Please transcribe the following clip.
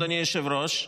אדוני היושב-ראש,